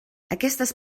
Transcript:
aquestes